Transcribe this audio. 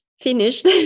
finished